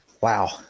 Wow